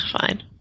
fine